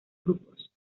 grupos